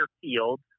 field